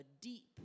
deep